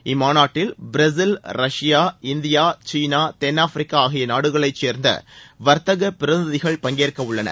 இம்மாநாட்டில் Brazil Russia India சீனா தென்னாப்பிரிக்கா ஆகிய நாடுகளைச் சேர்ந்த வர்த்தகப் பிரதிநிதிகள் பங்கேற்க உள்ளனர்